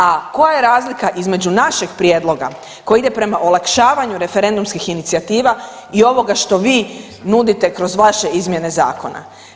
A koja je razlika između našeg prijedloga koji ide prema olakšavanju referendumskih inicijativa i ovoga što vi nudite kroz vaše izmjene zakona.